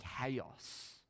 chaos